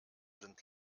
sind